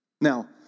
Now